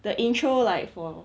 the intro like for